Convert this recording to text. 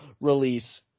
release